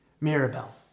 Mirabelle